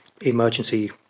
emergency